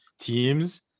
teams